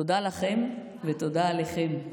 תודה לכם ותודה עליכם.